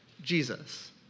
Jesus